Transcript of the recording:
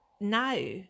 now